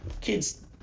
kids